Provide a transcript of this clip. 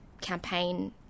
campaign